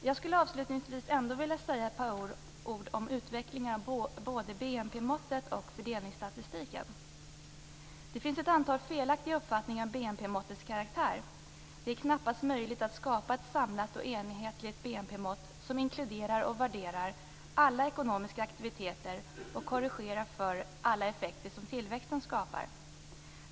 Jag skulle ändå vilja säga ett par ord om utvecklingen av BNP-måttet och fördelningsstatistiken. Det finns ett antal felaktiga uppfattningar om BNP-måttets karaktär. Det är knappast möjligt att skapa ett samlat och enhetligt BNP-mått som inkluderar och värderar alla ekonomiska aktiviteter och korrigerar för alla effekter som tillväxten skapar.